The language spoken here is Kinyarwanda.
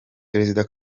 perezida